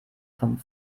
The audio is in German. vom